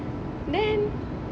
then